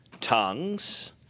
tongues